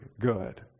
good